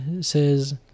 says